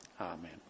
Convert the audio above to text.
amen